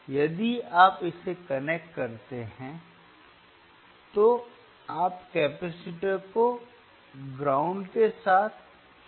यदि आप इसे कनेक्ट करते हैं तो आप कैपेसिटर को ग्राउंड के साथ शॉर्ट कर सकते हैं